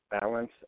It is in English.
balance